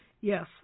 Yes